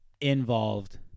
involved